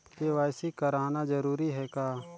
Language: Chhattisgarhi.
के.वाई.सी कराना जरूरी है का?